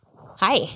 Hi